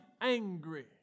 angry